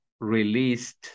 released